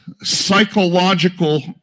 psychological